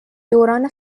دوران